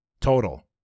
Total